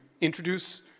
introduce